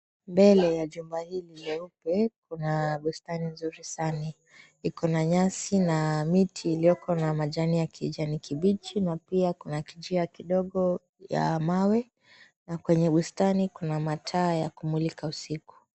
Mbele ya jumba hili jeupe kuna bustani nzuri sana yenye nyasi na miti yenye majani ya kijani kibichi. Pia kuna kinjia kidogo cha mawe, na katika bustani hiyo kuna mataa ya kumulika usiku.